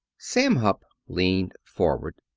sam hupp leaned forward,